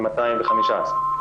כ-215.